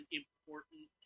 important